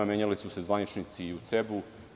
Menjali su se zvaničnici i u CEB.